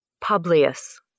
Publius